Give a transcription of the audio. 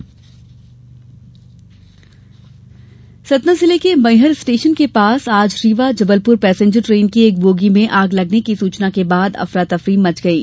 train जिले के Maihar station के पास आज रीवा जबलपुर पैसेंजर ट्रेन की एक बोगी में आग लगने की सुचना के बाद अफरा तफरी मच गयी